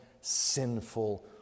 sinful